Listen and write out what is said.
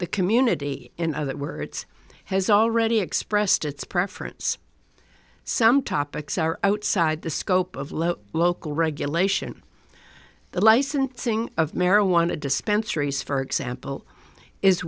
the community in other words has already expressed its preference some topics are outside the scope of low local regulation the licensing of marijuana dispensaries for example is